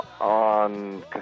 on